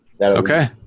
Okay